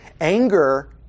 Anger